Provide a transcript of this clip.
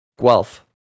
Guelph